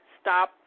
stop